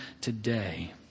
today